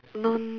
no